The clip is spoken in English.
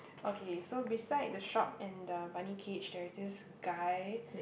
okay so beside the shop and the bunny cage there's this guy